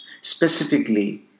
specifically